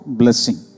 blessing